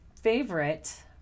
favorite